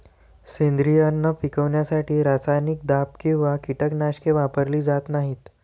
सेंद्रिय अन्न पिकवण्यासाठी रासायनिक दाब किंवा कीटकनाशके वापरली जात नाहीत